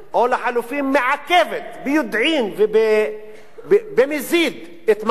או לחלופין מעכבת ביודעין ובמזיד את מס העשירים.